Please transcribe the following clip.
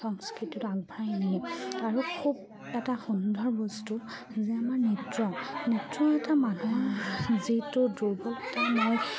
সংস্কৃতিটো আগবঢ়াই নিয়ে আৰু খুব এটা সুন্দৰ বস্তু যে আমাৰ নৃত্য নৃত্য এটা মানুহৰ যিটো দুৰ্বলতা মোৰ